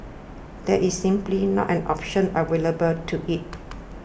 that is simply not an option available to it